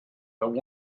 but